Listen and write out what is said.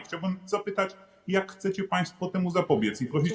Chciałbym zapytać, jak chcecie państwo temu zapobiec, i prosić.